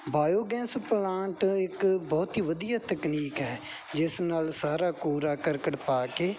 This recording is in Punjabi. ਬਾਇਓਗੈਸ ਪਲਾਂਟ ਇੱਕ ਬਹੁਤ ਹੀ ਵਧੀਆ ਤਕਨੀਕ ਹੈ ਜਿਸ ਨਾਲ ਸਾਰਾ ਕੂੜਾ ਕਰਕਟ ਪਾ ਕੇ